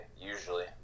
usually